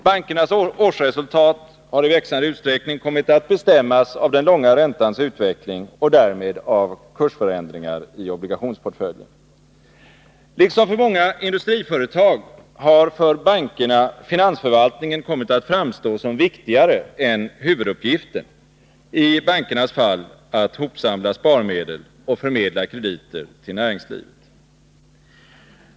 Bankernas årsresultat har i växande utsträckning kommit att bestämmas av den långa räntans utveckling och därmed av kursförändringar i obligationsportföljen. Liksom för många industriföretag har för bankerna finansförvaltningen kommit att framstå som viktigare än huvuduppgiften; i bankernas fall att hopsamla sparmedel och förmedla krediter till näringslivet.